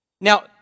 Now